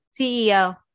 CEO